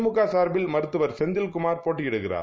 திமுகசார்பில்மருத்துவர்செந்தில்குமார்போட்டியிடுகிறார்